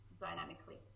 dynamically